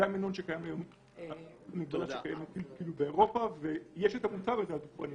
זה המינון שקיים באירופה והמוצר הזה נמכר.